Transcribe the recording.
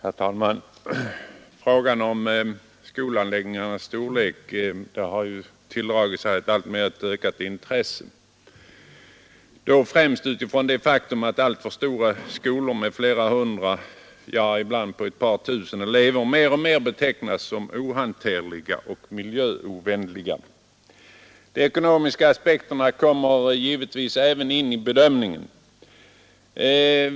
Herr talman! Frågan om skolanläggningarnas storlek har tilldragit sig ett ökat intresse. Stora skolor med flera hundra, ja, ibland ett par tusen elever har mer och mer börjat betecknas som ohanterliga och miljöovänliga. De ekonomiska aspekterna kommer givetvis in i bedömningen.